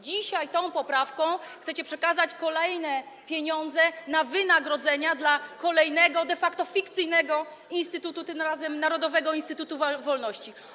Dzisiaj tą poprawką chcecie przekazać kolejne pieniądze na wynagrodzenia dla kolejnego, de facto fikcyjnego, instytutu, tym razem Narodowego Instytutu Wolności.